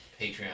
Patreon